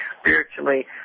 spiritually